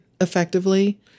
effectively